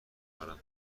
کنم